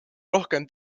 rohkem